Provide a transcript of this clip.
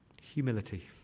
humility